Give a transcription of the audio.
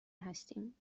هستیم